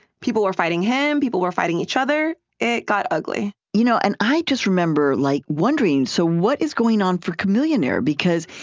people were fighting him. people were fighting each other. it got ugly you know, and i just remember, like, wondering, so what is going on for chamillionaire because,